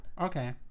Okay